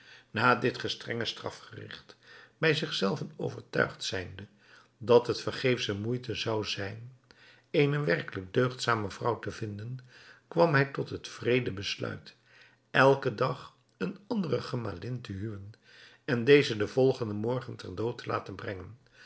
na dit gestrenge strafgerigt bij zich zelven overtuigd zijnde dat het vergeefsche moeite zou zijn eene werkelijk deugdzame vrouw te vinden kwam hij tot het wreede besluit elken dag eene andere gemalin te huwen en deze den volgenden morgen ter dood te laten brengen